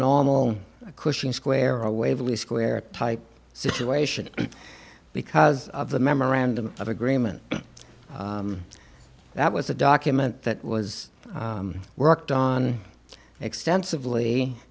normal cushing square or waverly square type situation because of the memorandum of agreement that was a document that was worked on extensively